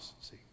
see